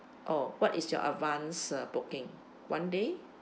oh what is your advanced uh booking one day